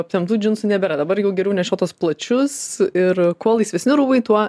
aptemptų džinsų nebėra dabar jau geriau nešiot tuos plačius ir kuo laisvesni rūbai tuo